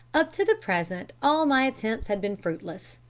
up to the present all my attempts had been fruitless.